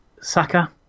Saka